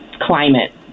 climate